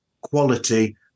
quality